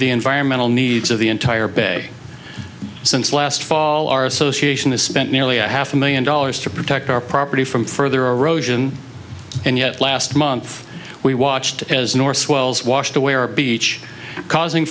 the environmental needs of the entire bay since last fall our association has spent nearly a half a million dollars to protect our property from further erosion and yet last month we watched as north swells washed away our beach causing